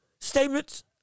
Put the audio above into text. statements